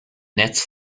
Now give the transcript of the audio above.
nets